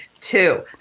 Two